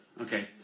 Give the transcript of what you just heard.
Okay